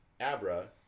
Abra